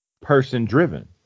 person-driven